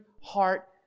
heart